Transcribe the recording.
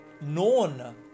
known